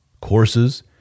courses